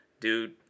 Dude